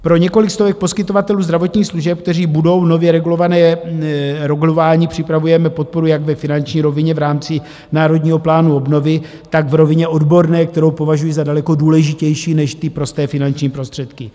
Pro několik stovek poskytovatelů zdravotních služeb, kteří budou nově regulováni, připravujeme podporu jak ve finanční rovině v rámci Národního plánu obnovy, tak v rovině odborné, kterou považuji za daleko důležitější než ty prosté finanční prostředky.